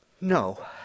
no